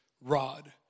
rod